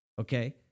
okay